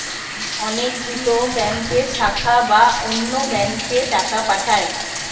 অনেক গুলো ব্যাংকের শাখা বা অন্য ব্যাংকে টাকা পাঠায়